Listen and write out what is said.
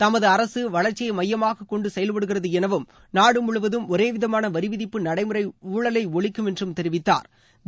தமது அரசு வளர்ச்சியை மையமாக கொண்டு செயல்படுகிறது எனவும் நாடு முழுவதும் ஒரே விதமான வரிவிதிப்பு நடைமுறை ஊழலை ஒழிக்கும் என்றும் தெரிவித்தாா்